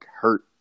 hurt